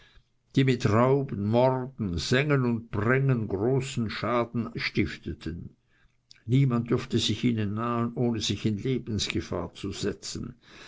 die mit rauben morden sengen und brennen großen schaden stifteten niemand dürfte sich ihnen nahen ohne sich in lebensgefahr zu setzen